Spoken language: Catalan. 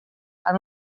han